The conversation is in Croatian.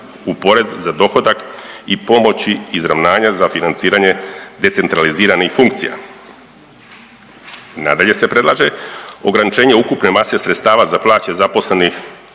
u porez za dohodak i pomoći izravnanja za financiranje decentraliziranih funkcija. Nadalje se predlaže ograničenje ukupne mase sredstava za plaće zaposlenih